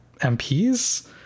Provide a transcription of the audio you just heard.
MPs